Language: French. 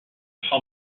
champ